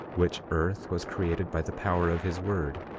which earth was created by the power of his word.